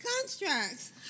constructs